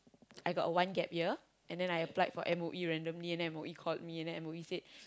I got one gap year and then I applied for M_O_E randomly and M_O_E called me and then M_O_E said